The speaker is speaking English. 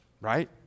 Right